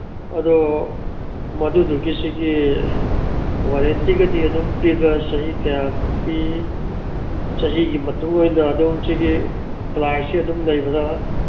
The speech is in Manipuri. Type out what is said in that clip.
ꯑꯗꯨ ꯃꯗꯨꯗꯨꯒꯤ ꯁꯤꯒꯤ ꯋꯥꯔꯦꯟꯇꯤꯒꯗꯤ ꯑꯗꯨꯝ ꯄꯤꯕ꯭ꯔꯥ ꯆꯍꯤ ꯀꯌꯥ ꯄꯤ ꯆꯍꯤꯒꯤ ꯃꯇꯨꯡ ꯑꯣꯏꯅ ꯑꯗꯨꯝ ꯁꯤꯒꯤ ꯄ꯭ꯔꯥꯏꯁꯁꯦ ꯑꯗꯨꯝ ꯂꯩꯕ꯭ꯔꯥ